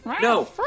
No